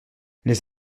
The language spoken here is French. les